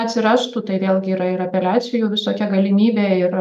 atsirastų tai vėlgi yra ir apeliacijų visokia galimybė ir